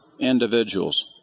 individuals